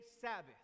Sabbath